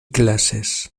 clases